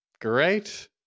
Great